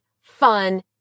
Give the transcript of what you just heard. fun